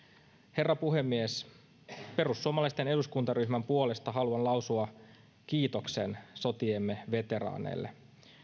herra puhemies perussuomalaisten eduskuntaryhmän puolesta haluan lausua kiitoksen sotiemme veteraaneille